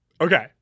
Okay